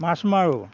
মাছ মাৰোঁ